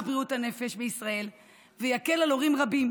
בריאות הנפש בישראל ויקל על הורים רבים,